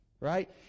right